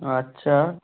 আচ্ছা